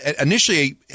initially